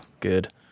good